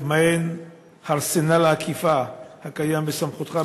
1. מהו ארסנל האכיפה הקיים בסמכותך,